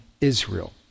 Israel